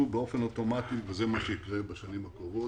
באופן אוטומטי וזה מה שיקרה בשנים הקרובות.